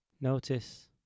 Notice